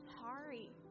sorry